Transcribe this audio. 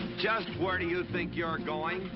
just where do you think you're going?